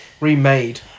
remade